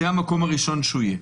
זה המקום הראשון שהוא יהיה.